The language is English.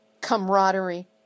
camaraderie